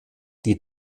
die